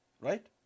right